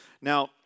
Now